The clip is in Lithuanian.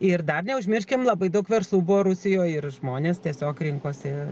ir dar neužmirškim labai daug verslų buvo rusijoj ir žmonės tiesiog rinkosi